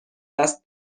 دست